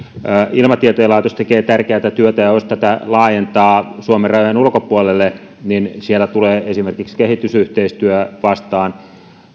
ilmatieteen laitos tekee tärkeätä työtä ja jos tätä laajentaa suomen rajojen ulkopuolelle niin siellä tulee esimerkiksi kehitysyhteistyö vastaan